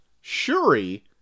Shuri